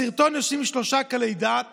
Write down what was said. בסרטון יושבים שלושה קלי דעת